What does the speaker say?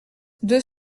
deux